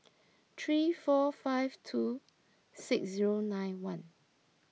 three four five two six zero nine one